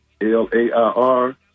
L-A-I-R